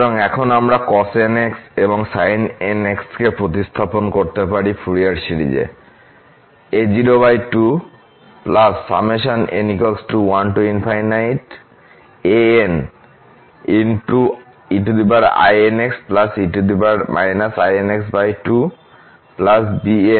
সুতরাং এখন আমরা cosnx এবং sin nx কে প্রতিস্থাপন করতে পারি ফুরিয়ার সিরিজ এ